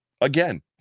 again